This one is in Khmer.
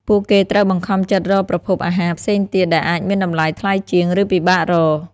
ពួកគេត្រូវបង្ខំចិត្តរកប្រភពអាហារផ្សេងទៀតដែលអាចមានតម្លៃថ្លៃជាង ឬពិបាករក។